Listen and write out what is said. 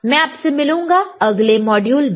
मैं आपसे मिलूंगा अगले मॉड्यूल में